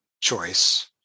choice